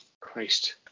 Christ